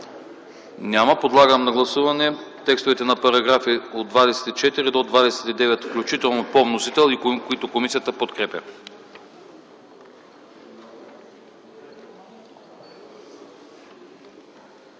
Няма. Подлагам на гласуване текстовете на § 45 до 47 включително по вносител, които комисията подкрепя.